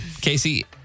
Casey